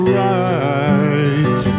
right